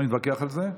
לא נתווכח על זה.